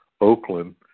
Oakland